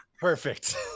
Perfect